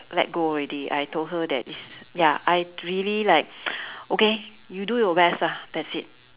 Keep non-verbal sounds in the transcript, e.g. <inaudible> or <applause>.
let go already I told her that this ya I really like <noise> okay you do your best lah that's it